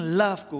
love